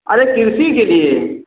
अरे किरशी के लिए